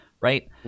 right